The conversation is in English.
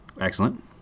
Excellent